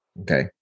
Okay